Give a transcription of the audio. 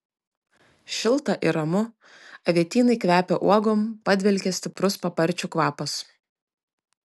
šilta ir ramu avietynai kvepia uogom padvelkia stiprus paparčių kvapas